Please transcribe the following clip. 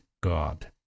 God